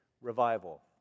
revival